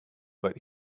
but